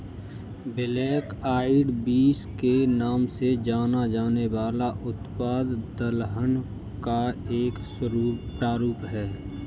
black eyed beans के नाम से जाना जाने वाला उत्पाद दलहन का एक प्रारूप है